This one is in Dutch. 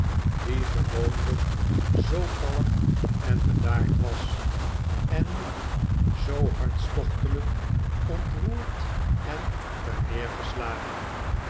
die gewoonlijk zoo kalm en bedaard was en nu zoo hartstochtelijk ontroerd en